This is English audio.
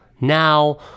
Now